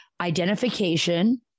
identification